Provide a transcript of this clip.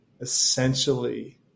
essentially